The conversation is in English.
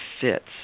fits